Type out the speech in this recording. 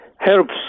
helps